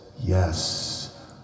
Yes